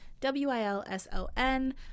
W-I-L-S-O-N